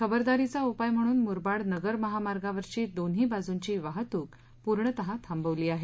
खबरदारीचा उपाय म्हणून मुरबाड नगर महामार्गावरची दोन्ही बाजूंची वाहतूक पूर्णतः थांबवली आहे